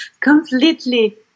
completely